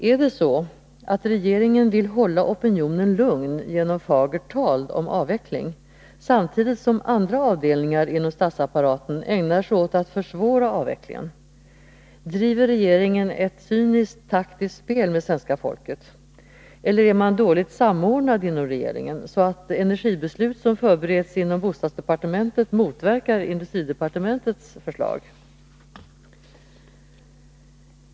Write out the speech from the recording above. Är det så att regeringen vill hålla opinionen lugn genom fagert tal om avveckling, samtidigt som andra avdelningar inom statsapparaten ägnar sig åt att försvåra avvecklingen? Driver regeringen ett cyniskt taktiskt spel med svenska folket? Eller är man dåligt samordnad inom regeringen, så att energibeslut som förbereds inom bostadsdepartementet motverkar industridepartementets förslag?